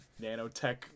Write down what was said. nanotech